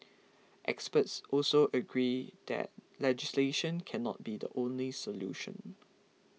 experts also agree that legislation cannot be the only solution